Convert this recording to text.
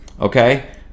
okay